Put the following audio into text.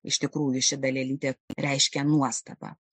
iš tikrųjų ši dalelytė reiškia nuostabą